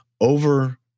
over